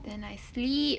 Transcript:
then I sleep